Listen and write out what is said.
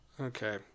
Okay